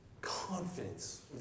confidence